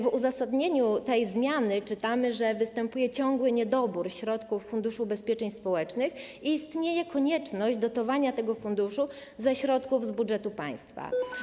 W uzasadnieniu tej zmiany czytamy, że występuje ciągły niedobór środków w Funduszu Ubezpieczeń Społecznych i istnieje konieczność dotowania tego funduszu ze środków z budżetu państwa.